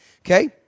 okay